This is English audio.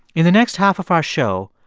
in the next half of our show,